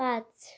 পাঁচ